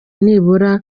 nibura